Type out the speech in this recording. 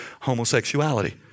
homosexuality